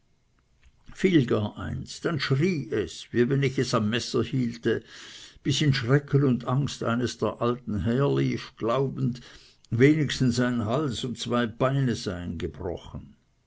gar eines dann schrie es wie wenn ich es am messer hielte bis in schrecken und angst eines der alten herlief glaubend wenigstens ein hals und zwei beine seien gebrochen